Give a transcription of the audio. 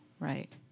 Right